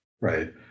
right